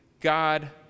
God